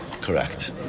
Correct